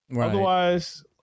Otherwise